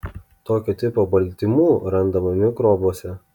tokio tipo baltymų randama mikrobuose